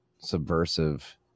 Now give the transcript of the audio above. subversive